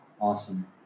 Awesome